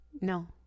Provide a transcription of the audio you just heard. No